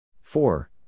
Four